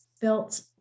built